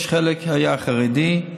חלק היה חרדי,